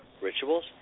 rituals